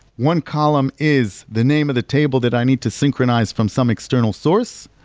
one column is the name of the table that i need to synchronize from some external source,